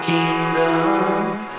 Kingdom